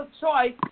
choice